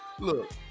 Look